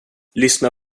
lyssna